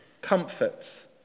Comfort